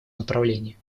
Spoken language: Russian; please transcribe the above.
направлении